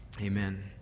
Amen